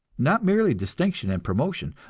not merely distinction and promotion,